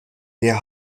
der